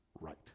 right